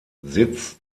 sitz